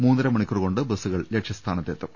മൂന്നര മണി ക്കൂർ കൊണ്ട് ബസുകൾ ലക്ഷ്യസ്ഥാനത്തെത്തും